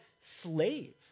Slave